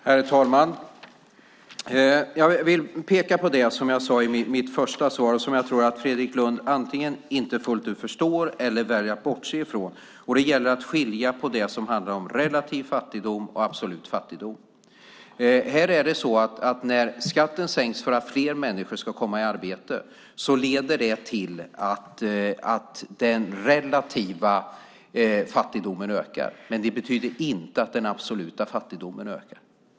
Herr talman! Jag vill peka på det som jag sade i mitt första inlägg och som Fredrik Lundh antingen inte fullt ut förstår eller väljer att bortse från, nämligen att det gäller att skilja på relativ fattigdom och absolut fattigdom. När skatten sänks för att fler människor ska komma i arbete leder det till att den relativa fattigdomen ökar, men det betyder inte att den absoluta fattigdomen ökar.